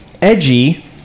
Edgy